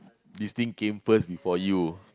this thing came first before you